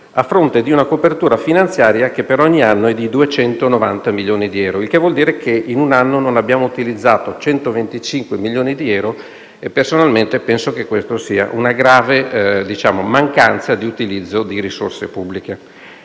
a fronte di una copertura finanziaria che per ogni anno è di 290 milioni di euro, il che vuol dire che in un anno non abbiamo utilizzato 125 milioni di euro e, personalmente, penso che questa sia una grave mancanza di utilizzo di risorse pubbliche.